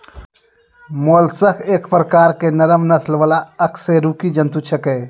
mollusc एक प्रकार के नरम नस वाला अकशेरुकी जंतु छेकै